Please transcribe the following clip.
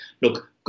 look